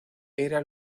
era